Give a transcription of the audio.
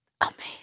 Amazing